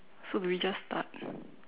do we just start